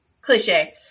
cliche